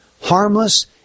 harmless